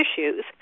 issues